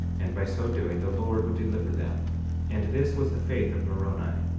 and by so doing, the lord would deliver them and this was the faith of moroni,